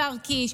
השר קיש,